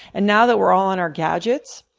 and now that we're all on our gadgets,